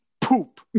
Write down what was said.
poop